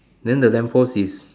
then the lamp post is